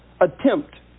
attempt